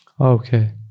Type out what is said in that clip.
Okay